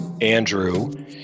Andrew